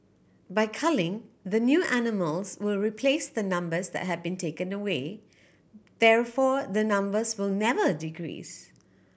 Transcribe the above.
by culling the new animals will replace the numbers that have been taken away therefore the numbers will never decrease